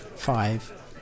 Five